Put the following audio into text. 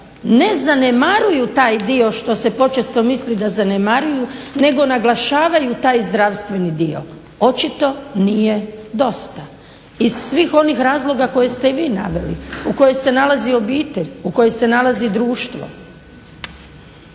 ne zanemaruju taj dio što se počesto misli da zanemaruju, nego naglašavaju taj zdravstveni dio. Očito nije dosta. Iz svih onih razloga koje ste i vi naveli, u kojoj se nalazi obitelj, u kojoj se nalazi društvo.